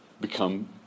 become